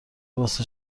واسه